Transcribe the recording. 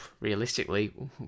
realistically